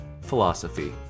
philosophy